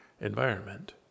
environment